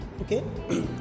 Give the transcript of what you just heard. okay